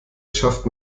schafft